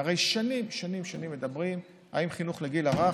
הרי שנים שנים שנים מדברים אם חינוך לגיל הרך